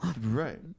Right